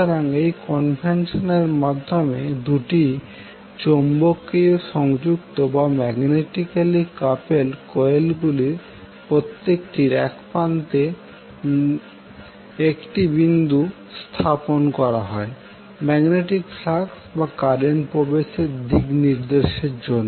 সুতরাং এই কনভেনশনের মাধ্যমে 2 টি চৌম্বকীয়ভাবে সংযুক্ত কয়েলগুলির প্রত্যেকটির এক প্রান্তে একটি বিন্দু স্থাপন করা হয় ম্যাগনেটিক ফ্লাক্স বা কারেন্ট প্রবেশের দিকনির্দেশের জন্য